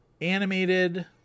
animated